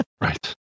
Right